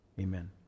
Amen